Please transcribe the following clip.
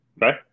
Right